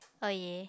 oh ya